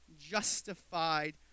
justified